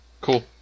Cool